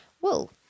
wool